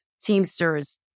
Teamsters